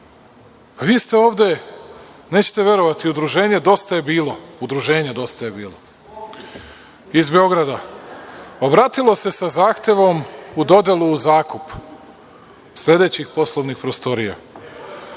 Vi ste ovde, nećete verovati, udruženje Dosta je bilo iz Beograda, obratilo se sa zahtevom u dodelu u zakup sledećih poslovnih prostorija: